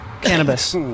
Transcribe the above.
cannabis